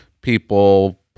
people